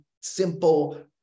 Simple